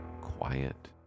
quiet